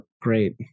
Great